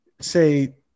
say